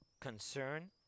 concern